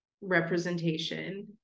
representation